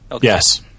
Yes